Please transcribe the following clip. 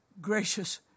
gracious